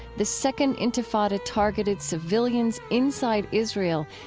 the second intifada targeted civilians inside israel,